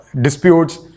disputes